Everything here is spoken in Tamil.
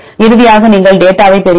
இறுதியாக நீங்கள் டேட்டாவை பெறுவீர்கள்